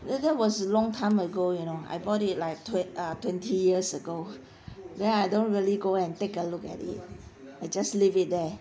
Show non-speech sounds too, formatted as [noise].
that that was long time ago you know I bought it like [noise] uh twenty years ago [breath] then I don't really go and take a look at it I just leave it there